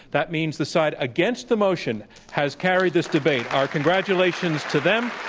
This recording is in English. that means the side against the motion has carried this debate. our congratulations to them.